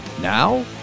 Now